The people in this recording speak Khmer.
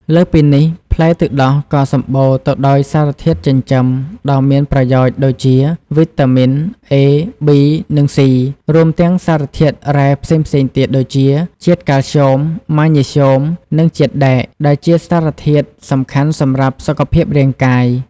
លើសពីនេះ ផ្លែទឹកដោះក៏សម្បូរទៅដោយសារធាតុចិញ្ចឹមដ៏មានប្រយោជន៍ដូចជាវីតាមីន A, B, និង C រួមទាំងសារធាតុរ៉ែផ្សេងៗទៀតដូចជាជាតិកាល់ស្យូម ម៉ាញ៉េស្យូម និងជាតិដែក ដែលជាសារធាតុសំខាន់សម្រាប់សុខភាពរាងកាយ។